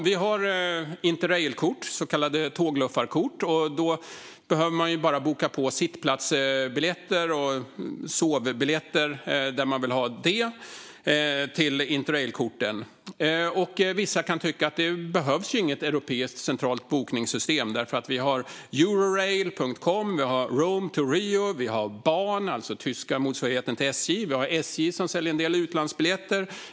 Vi har Interrailkort, så kallade tågluffarkort, och då behöver man bara boka sitt och sovplatsbiljetter där man vill ha det. Vissa tycker kanske att det inte behövs ett centralt europeiskt bokningssystem eftersom det finns flera olika, såsom eurail.com, Rome2rio och Bahn, det vill säga den tyska motsvarigheten till SJ. Även SJ säljer en del utlandsbiljetter.